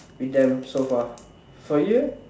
with them so far for you